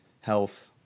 health